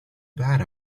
bad